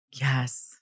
Yes